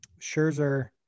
Scherzer